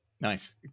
Nice